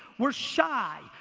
we're shy,